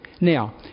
Now